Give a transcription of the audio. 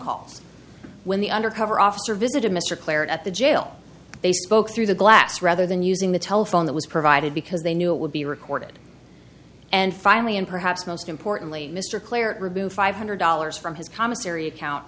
calls when the undercover officer visited mr claridge at the jail they spoke through the glass rather than using the telephone that was provided because they knew it would be recorded and finally and perhaps most importantly mr clear five hundred dollars from his commissary account